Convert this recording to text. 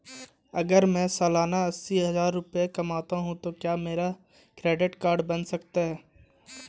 अगर मैं सालाना अस्सी हज़ार रुपये कमाता हूं तो क्या मेरा क्रेडिट कार्ड बन सकता है?